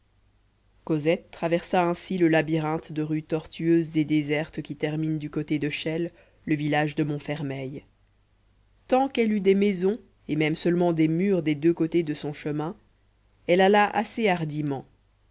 cosette traversa ainsi le labyrinthe de rues tortueuses et désertes qui termine du côté de chelles le village de montfermeil tant qu'elle eut des maisons et même seulement des murs des deux côtés de son chemin elle alla assez hardiment